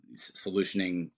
solutioning